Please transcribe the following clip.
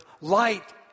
Light